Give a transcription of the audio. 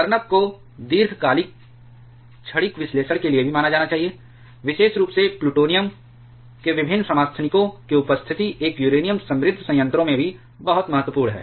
burn up को दीर्घकालिक क्षणिक विश्लेषण के लिए भी माना जाना चाहिए विशेष रूप से प्लूटोनियम के विभिन्न समस्थानिकों की उपस्थिति एक यूरेनियम समृद्ध संयंत्रों में भी बहुत महत्वपूर्ण है